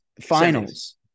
finals